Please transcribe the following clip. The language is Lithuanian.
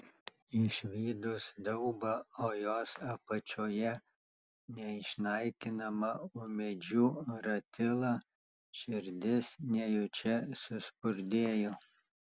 išvydus daubą o jos apačioje neišnaikinamą ūmėdžių ratilą širdis nejučia suspurdėjo